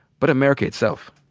but america itself?